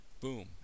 boom